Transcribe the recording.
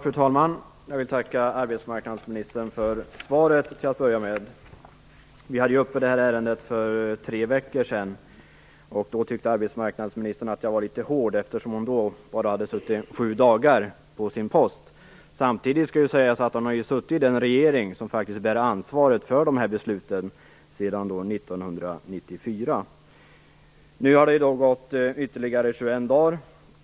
Fru talman! Jag vill till att börja med tacka arbetsmarknadsministern för svaret. Vi hade uppe detta ärende för tre veckor sedan, och då tyckte arbetsmarknadsministern att jag var litet hård, eftersom hon då bara hade suttit sju dagar på sin post. Samtidigt skall sägas att hon ju har suttit i den regering som bär ansvar för dessa beslut sedan 1994. I dag har det gått ytterligare 21 dagar,